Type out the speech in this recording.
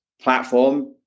platform